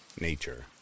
nature